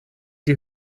die